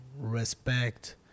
respect